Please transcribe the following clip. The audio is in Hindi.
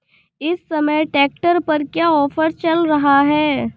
इस समय ट्रैक्टर पर क्या ऑफर चल रहा है?